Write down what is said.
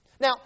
Now